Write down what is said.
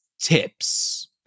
tips